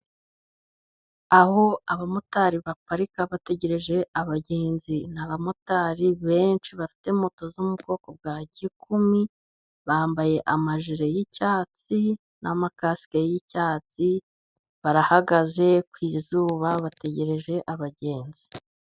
Aho abamotari baparika bategereje abagenzi. Ni abamotari benshi bafite moto zo mu bwoko bwa gikumi, bambaye amajire y'icyatsi n'amakasike yi'cyatsi, barahagaze ku izuba bategereje abagenzi.